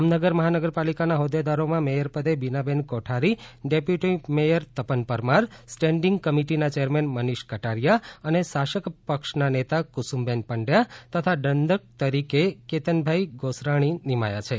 જામનગર મહાનગરપાલિકાના હોદ્દેદારોમાં મેયર પદે Binaben Kothari deputy mayor Tapan Parmar standing કમિટીના ચેરમેન મનીષ કટારીયાઅને શાસક પક્ષના નેતા કુસુમબેન પડયા તથા દંડક તરીકે કેતનભાઈ ગૉસરાણી નિમાયા છે